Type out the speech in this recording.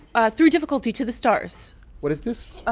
ah through difficulty to the stars what is this? ah